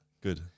Good